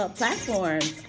platforms